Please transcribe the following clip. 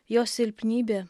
jo silpnybė